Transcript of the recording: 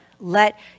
let